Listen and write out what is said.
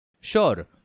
Sure